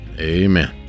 Amen